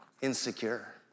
insecure